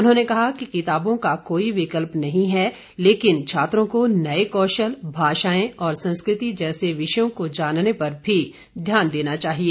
उन्होंने कहा कि किताबों का कोई विकल्प नहीं है लेकिन छात्रों को नए कौशल भाषाएं और संस्कृति जैसे विषयों को जानने पर भी ध्यान देना चाहिए